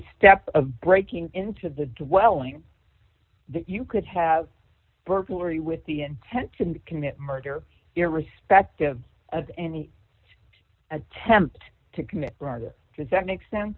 step of breaking into the dwelling that you could have burglary with the intent to commit murder irrespective of any attempt to commit murder because that makes sense